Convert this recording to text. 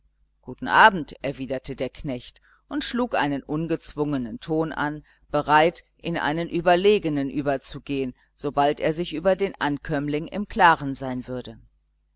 guten abend erwiderte der knecht und schlug einen ungezwungenen ton an bereit in einen überlegenen überzugehen sobald er sich über den ankömmling im klaren sein würde